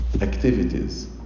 activities